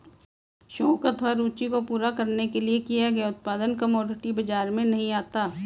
शौक अथवा रूचि को पूरा करने के लिए किया गया उत्पादन कमोडिटी बाजार में नहीं आता